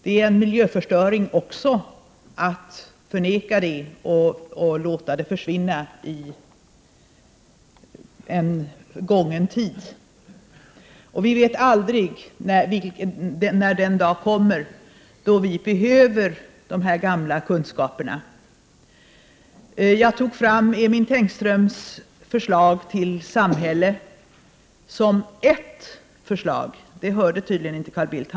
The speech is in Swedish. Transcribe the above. Det är också en miljöförstöring att förneka dem och låta dem försvinna i en gången tid. Och vi vet aldrig när den dag kommer då vi behöver dessa gamla kunskaper. Jag tog fram Emin Tengströms förslag till samhälle som eft förslag — det hörde tydligen inte Carl Bildt.